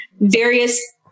various